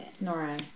Nora